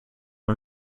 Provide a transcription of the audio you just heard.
een